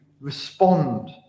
respond